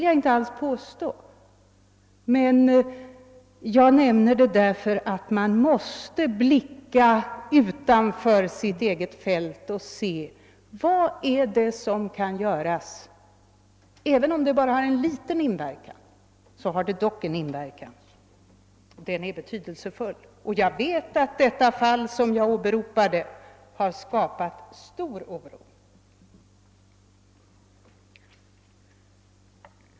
Jag nämner saken bara därför att man måste blicka utanför sitt eget fält och se vad det är som kan göras. Även om en reglering av skadeståndsfrågan bara har en liten inverkan, saknar den inte betydelse. Jag vet att det fall som jag åberopade har skapat stor oro.